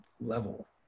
level